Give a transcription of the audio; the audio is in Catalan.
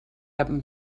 amb